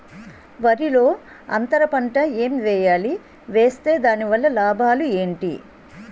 వరిలో అంతర పంట ఎం వేయాలి? వేస్తే దాని వల్ల లాభాలు ఏంటి?